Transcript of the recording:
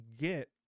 get